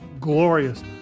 glorious